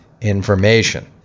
information